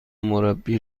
مربی